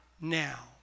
now